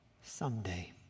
someday